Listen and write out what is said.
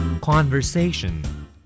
Conversation